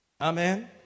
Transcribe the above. Amen